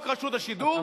של חוק רשות השידור,